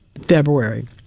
February